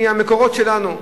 מהמקורות שלנו,